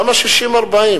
למה 60 40?